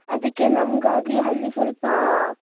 ಅದಕ್ಕೆ ನಮಗಾಗಿ ಅಲ್ಲಿ ಸ್ವಲ್ಪ